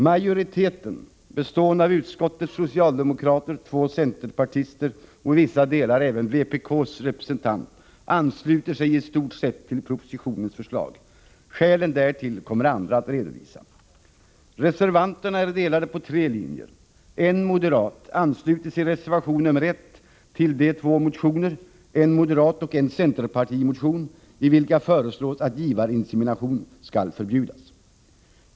Majoriteten, bestående av utskottets socialdemokrater, två centerpartister och i vissa delar även vpk:s representant, ansluter sig i stort sett till propositionens förslag. Skälen därtill kommer andra att redovisa. 1. En moderat ansluter sig i reservation nr 1 till de två motioner — en moderatmotion och en centerpartimotion — i vilka det föreslås att givarinsemination skall förbjudas. 2.